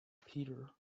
peter